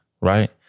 right